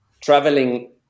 traveling